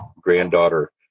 granddaughter